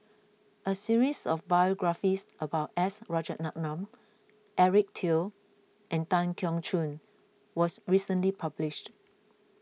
a series of biographies about S Rajaratnam Eric Teo and Tan Keong Choon was recently published